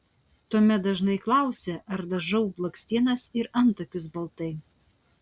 tuomet dažnai klausia ar dažau blakstienas ir antakius baltai